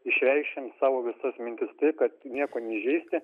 išreikšim savo visas mintis kad nieko neįžeisti